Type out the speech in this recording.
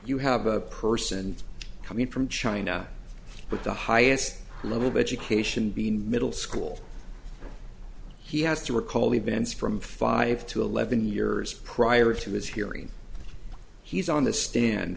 you have a person coming from china with the highest level of education being middle school he has to recall events from five to eleven years prior to his hearing he's on the stand